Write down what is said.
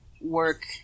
work